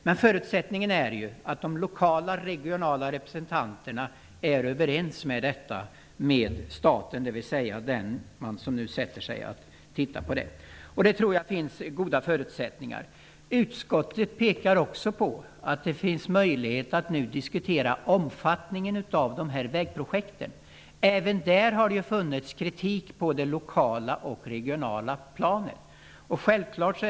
Men förutsättningen är ju att de lokala och regionala representanterna är överens om detta med staten, dvs. den man som nu sätter sig för att titta på detta. Jag tror att det finns goda förutsättningar för det. Utskottet pekar också på att det nu finns möjlighet att diskutera omfattningen av dessa vägprojekt. Även där har det funnits kritik på det lokala och regionala planet.